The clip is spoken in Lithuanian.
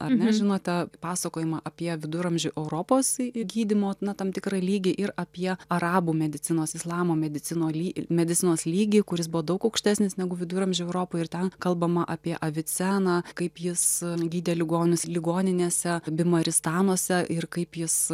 ar ne žinote pasakojimą apie viduramžių europos gydymo na tam tikrą lygį ir apie arabų medicinos islamo medicino ly medicinos lygį kuris buvo daug aukštesnis negu viduramžių europoje ir ten kalbama apie aviceną kaip jis gydė ligonius ligoninėse bimaristanuose ir kaip jis